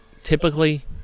typically